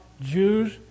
Jews